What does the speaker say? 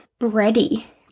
ready